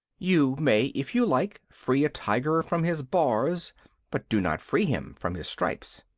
you may, if you like, free a tiger from his bars but do not free him from his stripes.